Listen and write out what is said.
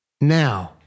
Now